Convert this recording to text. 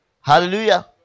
Hallelujah